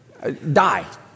die